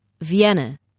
Vienna